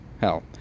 Hell